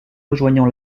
rejoignant